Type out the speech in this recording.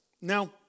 Now